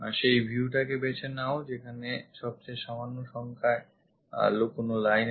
সেই viewটাকে বেছে নাও যেখানে সবচেয়ে সামান্য সংখ্যায় লুকোনো line আছে